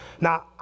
Now